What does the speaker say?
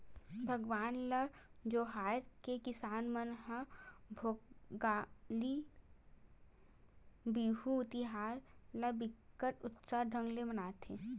भगवान ल जोहार के किसान मन ह भोगाली बिहू तिहार ल बिकट उत्साह ढंग ले मनाथे